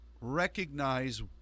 recognize